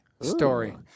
story